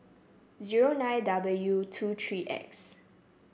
zero nine W two three X